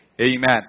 Amen